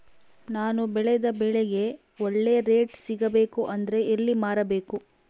ನಾನು ಬೆಳೆದ ಬೆಳೆಗೆ ಒಳ್ಳೆ ರೇಟ್ ಸಿಗಬೇಕು ಅಂದ್ರೆ ಎಲ್ಲಿ ಮಾರಬೇಕು?